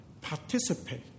participate